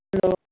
hello